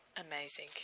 Amazing